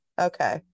Okay